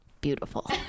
beautiful